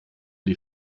die